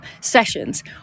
sessions